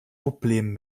problem